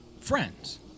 friends